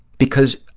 because